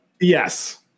Yes